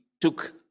took